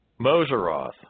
Moseroth